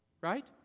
Right